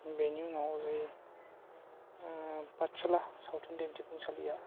बेनि उनाव जि ओ पातसाला सावथुन दिनथिफुंसालियाव